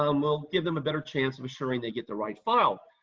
um will give them a better chance of assuring they get the right file.